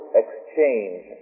exchange